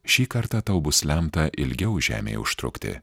šį kartą tau bus lemta ilgiau žemėje užtrukti